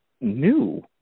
new